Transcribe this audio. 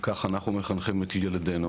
כך אנחנו מחנכים את ילדינו,